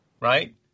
Right